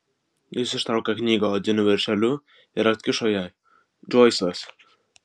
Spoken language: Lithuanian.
jis ištraukė knygą odiniu viršeliu ir atkišo jai džoisas